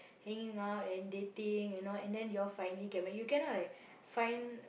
hanging out and dating and all and then you all finally get married you cannot like find